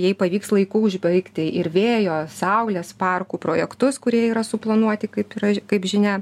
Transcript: jei pavyks laiku užbaigti ir vėjo saulės parkų projektus kurie yra suplanuoti kaip yra kaip žinia